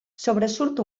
sobresurt